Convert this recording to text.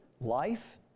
life